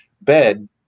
bed